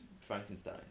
Frankenstein